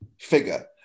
figure